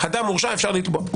כלומר אם אדם הורשע אפשר לתבוע.